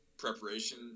Preparation